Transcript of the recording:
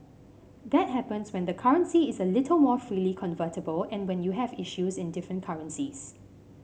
that happens when the currency is a little more freely convertible and when you have issues in different currencies